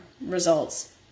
results